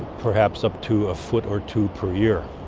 perhaps up to a foot or two per year.